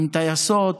עם טייסות